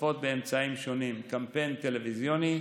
נוספות באמצעים שונים: קמפיין טלוויזיוני,